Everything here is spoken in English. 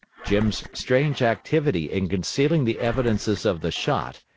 jim's strange activity in concealing the evidences of the shot,